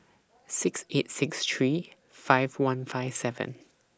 six eight six three five one five seven